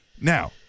Now